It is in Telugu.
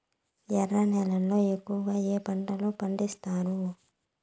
ఎర్ర నేలల్లో ఎక్కువగా ఏ పంటలు పండిస్తారు